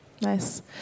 Nice